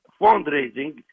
fundraising